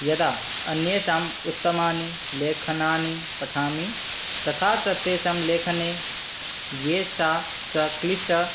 यदा अन्येषाम् उत्तमानि लेखनानि पठामि तथा च तेषां लेखने येषां च क्लिष्ट